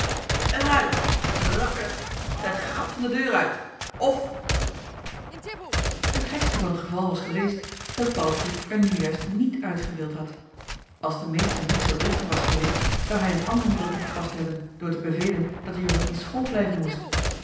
uit rakker het gat van de deur uit of t gekste van t geval was geweest dat paddeltje er nu juist niet uit gewild had als de meester niet zoo driftig was geweest zou hij een ander middel toegepast hebben door te bevelen dat de jongen in school blijven moest